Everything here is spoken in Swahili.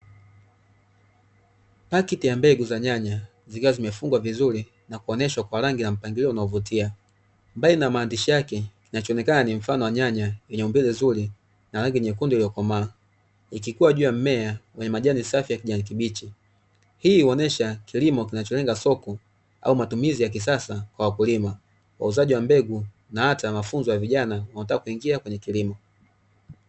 Pakiti ya mbegu za nyanya zikiwa zimefungwa vizuri na kuonyeshwa kwa rangi ya mpangilio unaovutia, mbali na maandishi yake kinachoonekana ni mfano wa nyanya lenye umbile nzuri na rangi nyekundu iliyokomaa, ikikua juu ya mmea wenye majani safi ya kijani kibichi hii huonyesha kilimo kinacholenga soko au matumizi ya kisasa kwa wakulima, wauzaji wa mbegu na hata mafunzo ya vijana wanaotaka kuingia kwenye kilimo.